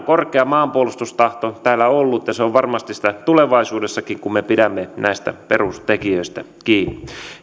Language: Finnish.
korkea maanpuolustustahto täällä ollut ja se on varmasti sitä tulevaisuudessakin kun me pidämme näistä perustekijöistä kiinni